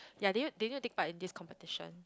ya they need to they need to take part in this competition